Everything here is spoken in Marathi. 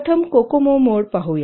प्रथम कोकोमो मोड पाहू या